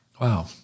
Wow